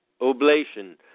oblation